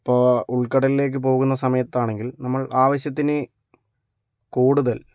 ഇപ്പോൾ ഉൾകടലിലേക്ക് പോകുന്ന സമയത്താണെങ്കിൽ നമ്മൾ ആവശ്യത്തിന് കൂടുതൽ